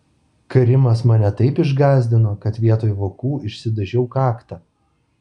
karimas mane taip išgąsdino kad vietoj vokų išsidažiau kaktą